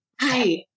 hi